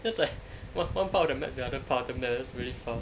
that's like one part of the map to the other part of the map that's really far